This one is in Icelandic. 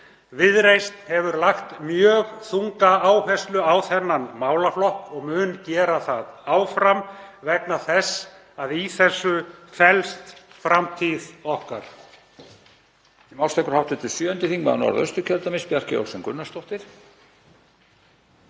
Viðreisn hefur lagt mjög þunga áherslu á þennan málaflokk og mun gera það áfram vegna þess að í þessu felst framtíð okkar.